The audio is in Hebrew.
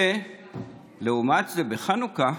לעומת זה בחנוכה,